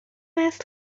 است